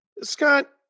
Scott